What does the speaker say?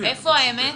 איפה האמת?